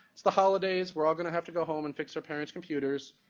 it's the holidays, we're all going to have to go home and fix our parents' computers,